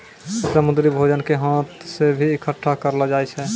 समुन्द्री भोजन के हाथ से भी इकट्ठा करलो जाय छै